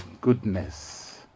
Goodness